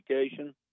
education